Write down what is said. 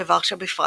וורשה בפרט.